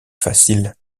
faciles